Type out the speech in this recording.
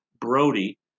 Brody